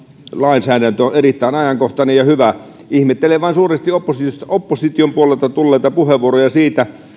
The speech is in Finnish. lainsäädäntöä on erittäin ajankohtainen ja hyvä ihmettelen vain suuresti opposition opposition puolelta tulleita puheenvuoroja siitä